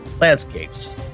landscapes